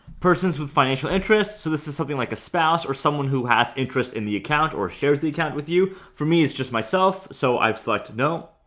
persons with financial interest so this is something like a spouse or someone who has interest in the account or shares the account with you for me it's just myself so i've selected no